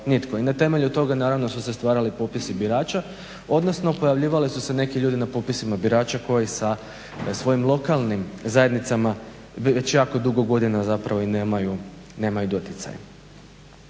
I na temelju toga naravno su se stvarali popisi birača, odnosno pojavljivali su se neki ljudi na popisima birača koji sa svojim lokalnim zajednicama već jako dugo godina zapravo i nemaju doticaj.